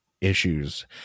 issues